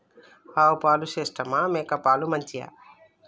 ఆవు పాలు శ్రేష్టమా మేక పాలు మంచియా?